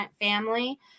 family